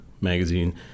Magazine